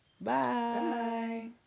Bye